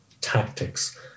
tactics